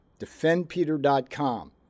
DefendPeter.com